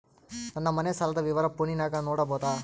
ನನ್ನ ಮನೆ ಸಾಲದ ವಿವರ ಫೋನಿನಾಗ ನೋಡಬೊದ?